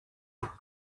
home